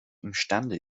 imstande